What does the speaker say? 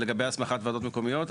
לגבי הסמכת וועדות מקומיות,